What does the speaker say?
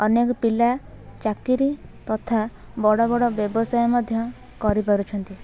ଅନେକ ପିଲା ଚାକିରୀ ତଥା ବଡ଼ ବଡ଼ ବ୍ୟବସାୟ ମଧ୍ୟ କରି ପାରୁଛନ୍ତି